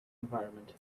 environment